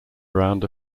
around